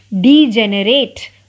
Degenerate